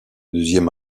deuxième